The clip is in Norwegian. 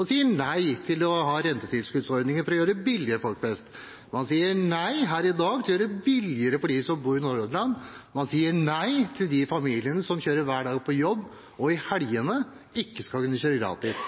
og sier nei til å ha rentetilskuddsordninger for å gjøre det billigere for folk flest. Man sier nei her i dag til å gjøre det billigere for dem som bor i Nordhordland. Man sier nei til de familiene som hver dag kjører på jobb – og i helgene ikke skal kunne kjøre gratis.